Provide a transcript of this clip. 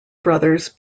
brothers